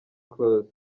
close